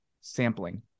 sampling